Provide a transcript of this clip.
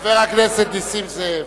מסכנים, חבר הכנסת נסים זאב.